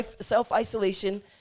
self-isolation